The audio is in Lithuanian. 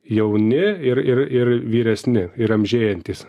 jauni ir ir ir vyresni ir amžėjantys